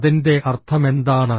അതിൻ്റെ അർത്ഥമെന്താണ്